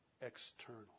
external